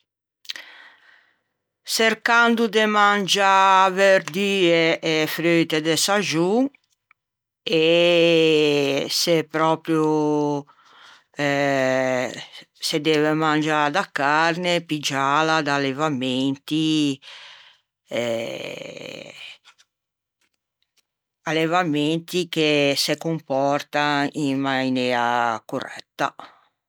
çercando de mangiâ verdue e frute de saxon e se proprio eh se deve mangiâ da carne, piggiâla da allevamenti che se compòrtan in mainea corretta.